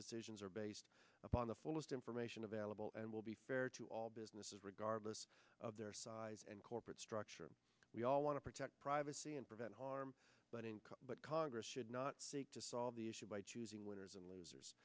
decisions are based upon the fullest information available and will be fair to all businesses regardless of their size and corporate structure we all want to protect privacy and prevent harm but income but congress should not seek to solve the issue by choosing winners and losers